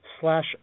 slash